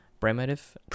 Primitive